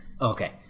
Okay